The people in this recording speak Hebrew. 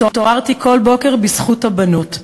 התעוררתי כל בוקר בזכות הבנות.